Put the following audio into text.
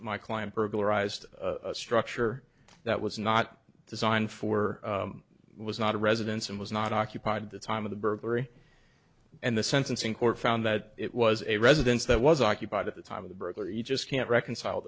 burglarized a structure that was not designed for was not a residence and was not occupied the time of the burglary and the sentencing court found that it was a residence that was occupied at the time of the burglary you just can't reconcile